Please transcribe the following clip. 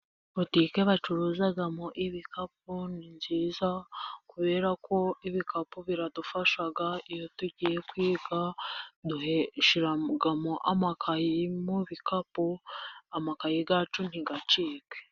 Butike bacuruzamo ibikapu, ni nziza, kubera ko ibikapu biradufasha iyo tugiye kwiga, dushyiramo amakayi mu bikapu, amakaye yacu ntacike.